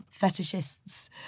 fetishists